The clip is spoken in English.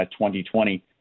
2020